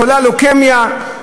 חולה בלוקמיה,